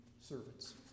servants